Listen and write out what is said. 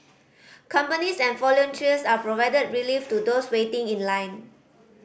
companies and volunteers are provided relief to those waiting in line